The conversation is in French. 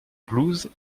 blues